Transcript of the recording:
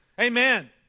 Amen